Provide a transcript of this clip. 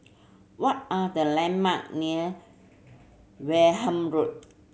what are the landmark near Wareham Road